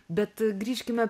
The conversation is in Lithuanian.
bet grįžkime